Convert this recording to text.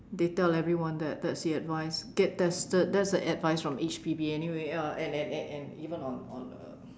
they tell everyone that that that's the advice get tested that is the advice from H_P_B anyway and and and even on on uh